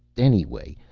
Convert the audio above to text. anyway,